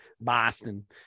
Boston